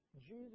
Jesus